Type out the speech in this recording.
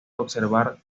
observar